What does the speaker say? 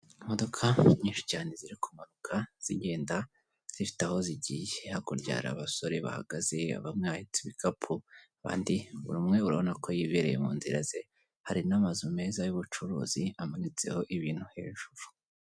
Imodoka nyinshi cyane ziri kumanuka zigenda zifite aho zigiye. Hakurya hari abasore bahagaze, bamwe bafite ibikapu abandi buri umwe urabona ko yibereye mu nzira ze. Hari n'amazu meza y'ubucuruzi, amanitseho ibintu hejuru.